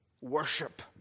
worship